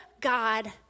God